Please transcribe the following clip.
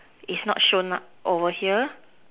is not shown up over here